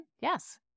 yes